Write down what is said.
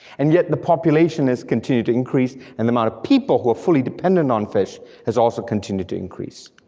and yet the population has continued to increase, and the amount of people who are fully dependent on fish has also continued to increase.